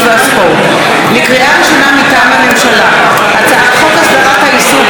מטעם הממשלה: הצעת חוק הסדרת העיסוק במקצועות הבריאות (תיקון מס' 7),